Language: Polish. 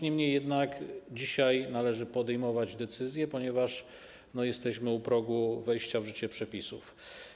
Niemniej jednak dzisiaj należy podejmować decyzje, ponieważ jesteśmy u progu wejścia w życie przepisów.